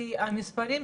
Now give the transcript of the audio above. כי המספרים,